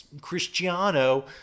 Cristiano